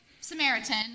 Samaritan